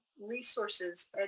resources